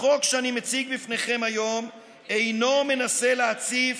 החוק שאני מציג בפניכם היום אינו מנסה להציב